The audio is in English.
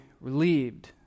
relieved